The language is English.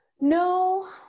No